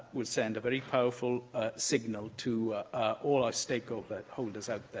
that would send a very powerful signal to all our stakeholders stakeholders out